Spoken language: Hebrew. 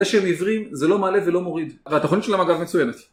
זה שהם עיוורים, זה לא מעלה ולא מוריד, והתוכנית שלהם אגב מצוינת.